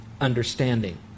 understanding